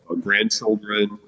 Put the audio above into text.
grandchildren